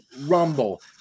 rumble